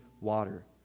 water